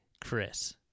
Chris